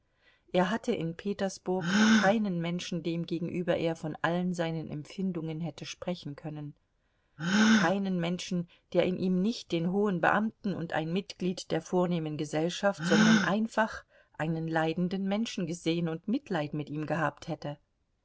er hatte in petersburg keinen menschen demgegenüber er von allen seinen empfindungen hätte sprechen können keinen menschen der in ihm nicht den hohen beamten und ein mitglied der vornehmen gesellschaft sondern einfach einen leidenden menschen gesehen und mitleid mit ihm gehabt hätte